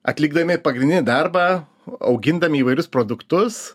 atlikdami pagrindinį darbą augindami įvairius produktus